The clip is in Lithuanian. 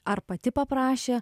ar pati paprašė